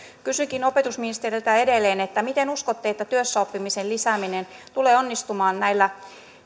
kysynkin opetusministeriltä edelleen miten uskotte että työssäoppimisen lisääminen tulee onnistumaan näillä